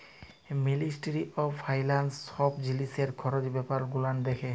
ministry of finance ছব জিলিসের খরচ ব্যাপার গুলান দ্যাখে